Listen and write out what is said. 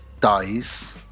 Dies